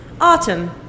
autumn